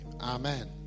amen